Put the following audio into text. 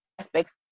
aspects